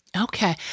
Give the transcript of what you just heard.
Okay